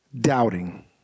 doubting